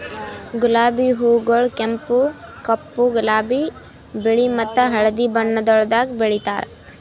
ಗುಲಾಬಿ ಹೂಗೊಳ್ ಕೆಂಪು, ಕಪ್ಪು, ಗುಲಾಬಿ, ಬಿಳಿ ಮತ್ತ ಹಳದಿ ಬಣ್ಣಗೊಳ್ದಾಗ್ ಬೆಳೆತಾರ್